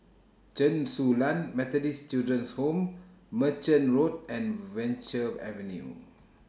Chen Su Lan Methodist Children's Home Merchant Road and Venture Avenue